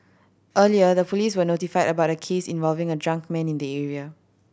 earlier the police were notified about a case involving a drunk man in the area